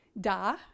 Da